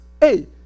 Hey